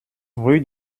rue